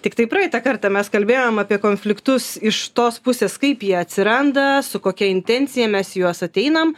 tiktai praeitą kartą mes kalbėjom apie konfliktus iš tos pusės kaip jie atsiranda su kokia intencija mes į juos ateinam